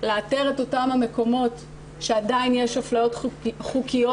לאתר את אותם המקומות שעדיין יש אפליות חוקיות